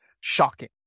shocking